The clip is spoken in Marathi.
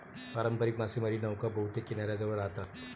पारंपारिक मासेमारी नौका बहुतेक किनाऱ्याजवळ राहतात